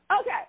Okay